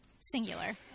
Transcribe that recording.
singular